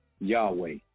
Yahweh